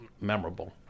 memorable